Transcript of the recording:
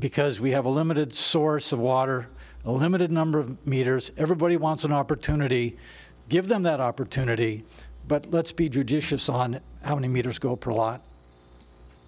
because we have a limited source of water a limited number of meters everybody wants an opportunity give them that opportunity but let's be judicious on how many meters go pro law